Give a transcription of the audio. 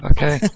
Okay